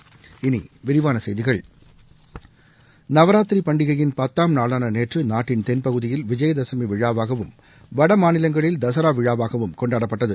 இனி விரிவான செய்திகள நவராத்திரி பண்டிகையின் பத்தாம் நாளான நேற்று நாட்டின் தென்பகுதியில் விஜயதசமி விழாவாகவும் வடமாநிலங்களில் தசரா விழாவாகவும் கொண்டாடப்பட்டது